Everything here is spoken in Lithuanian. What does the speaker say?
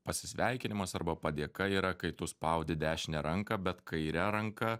pasisveikinimas arba padėka yra kai tu spaudi dešinę ranką bet kaire ranka